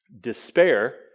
despair